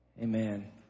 Amen